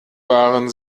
waren